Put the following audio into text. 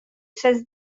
ses